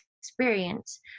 experience